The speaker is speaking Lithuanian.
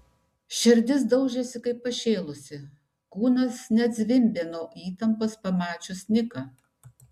širdis daužėsi kaip pašėlusi kūnas net zvimbė nuo įtampos pamačius niką